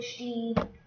HD